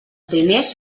diners